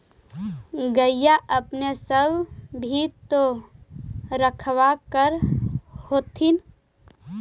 गईया अपने सब भी तो रखबा कर होत्थिन?